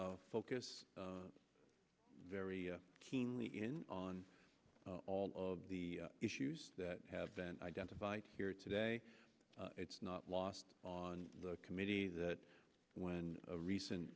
focus very keenly in on all of the issues that have been identified here today it's not lost on the committee that when a recent